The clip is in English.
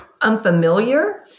unfamiliar